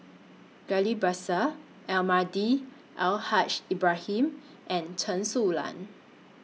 Ghillie Bassan Almahdi A L Haj Lbrahim and Chen Su Lan